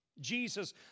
Jesus